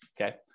okay